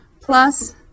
plus